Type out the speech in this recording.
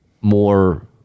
more